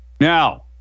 Now